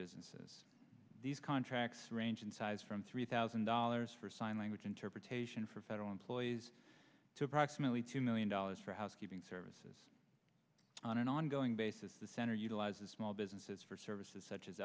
businesses these contracts range in size from three thousand dollars for sign language interpretation for federal employees to approximately two million dollars for housekeeping services on an ongoing basis the center utilizes small businesses for services such as